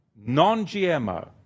non-GMO